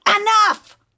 enough